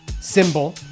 Symbol